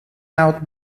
out